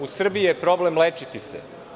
U Srbiji je problem lečiti se.